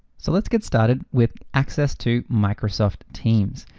so let's get started with access to microsoft teams.